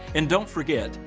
and don't forget,